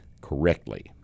correctly